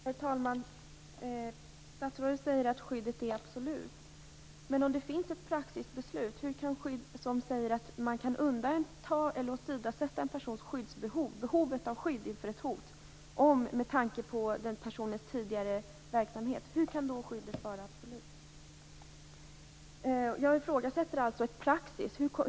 Herr talman! Statsrådet säger att skyddet är absolut. Men om det finns ett praxisbeslut som säger att man med tanke på en persons tidigare verksamhet kan åsidosätta dennes behov av skydd inför ett hot, hur kan skyddet då vara absolut? Jag ifrågasätter alltså praxis.